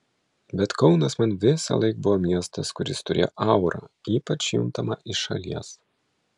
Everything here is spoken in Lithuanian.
bet kaunas man visąlaik buvo miestas kuris turėjo aurą ypač juntamą iš šalies